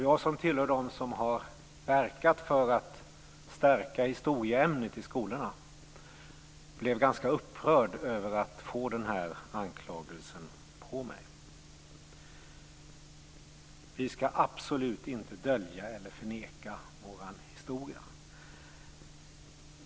Jag som tillhör dem som har verkat för att stärka historieämnet i skolorna blev ganska upprörd över att få den anklagelsen mot mig. Vi ska absolut inte dölja eller förneka vår historia.